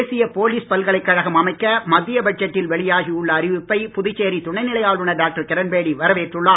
தேசிய போலீஸ் பல்கலைக்கழகம் அமைக்க மத்திய பட்ஜெட்டில் வெளியாகியுள்ள அறிவிப்பை புதுச்சேரி துணைநிலை ஆளுநர் டாக்டர் கிரண்பேடி வரவேற்றுள்ளார்